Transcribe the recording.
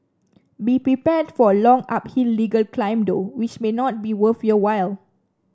be prepared for a long uphill legal climb though which may not be worth your while